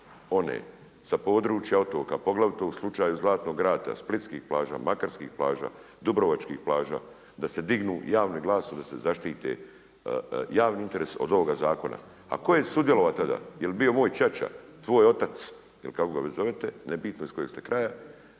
one sa područja otoka, poglavito u slučaju Zlatnog rata, splitskih plaža, makarskih plaža, dubrovačkih plaža, da se dignu javno i glasno da se zaštite javni interes od ovoga zakona. A tko je sudjelovao? Je li bio moj ćaća, tvoj otac ili kako ga već zovete, nebitno iz kojeg ste kraja,